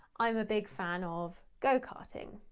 i'm a big fan of go-karting.